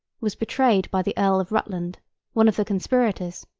was betrayed by the earl of rutland one of the conspirators.